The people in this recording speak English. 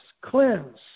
cleanse